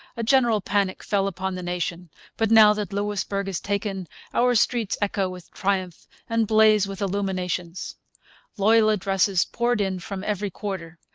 a general panic fell upon the nation but now that louisbourg is taken our streets echo with triumph and blaze with illuminations loyal addresses poured in from every quarter.